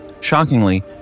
Shockingly